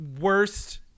worst